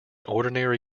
ordinary